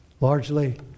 Largely